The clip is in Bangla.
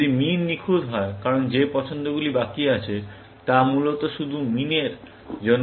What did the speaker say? যদি min নিখুঁত হয় কারণ যে পছন্দগুলি বাকি আছে তা মূলত শুধুমাত্র মিন এর জন্য